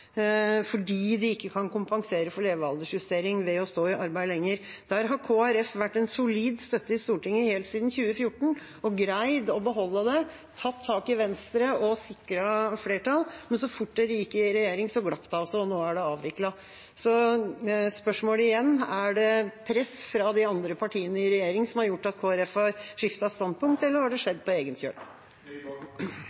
fordi de ikke kan kompensere for levealdersjustering ved å stå lenger i arbeid. Der har Kristelig Folkeparti vært en solid støtte i Stortinget helt siden 2014 – og greid å beholde det, tatt tak i Venstre og sikret flertall. Men så fort Kristelig Folkeparti gikk i regjering, glapp det altså, og nå er det avviklet. Så spørsmålet er – igjen: Er det press fra de andre partiene i regjering som har gjort at Kristelig Folkeparti har skiftet standpunkt, eller har det